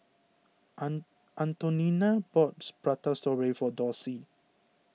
an Antonina bought Prata Strawberry for Dorsey